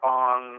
on